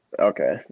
Okay